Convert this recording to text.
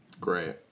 Great